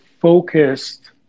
focused